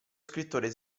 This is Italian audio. scrittore